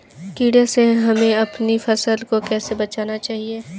कीड़े से हमें अपनी फसल को कैसे बचाना चाहिए?